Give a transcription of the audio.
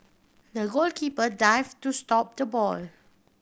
the goalkeeper dived to stop the ball